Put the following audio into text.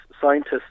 scientists